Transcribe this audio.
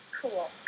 cool